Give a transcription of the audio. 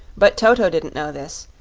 but toto didn't know this,